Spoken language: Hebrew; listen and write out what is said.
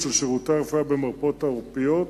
של שירותי הרפואה במרפאות העורפיות,